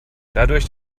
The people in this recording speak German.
dadurch